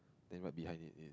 then right behind it is it